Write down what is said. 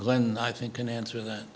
glen i think can answer that